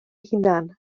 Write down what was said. hunan